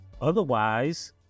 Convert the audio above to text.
otherwise